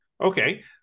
okay